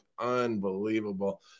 unbelievable